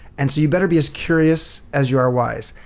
and so you better be as curious as you are wise.